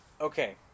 Okay